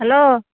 hello